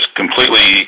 completely